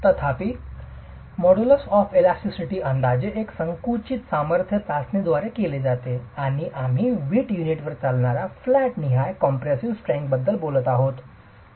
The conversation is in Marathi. तथापि इलास्टिसिटी मोडुलुस अंदाजे एक संकुचित सामर्थ्य चाचणीद्वारे केले जाते आणि आम्ही विट युनिटवर चालणाऱ्या फ्लॅट निहाय कॉम्प्रेसिव्ह स्ट्रेंथ टेस्टबद्दल बोलत होतो